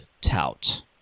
tout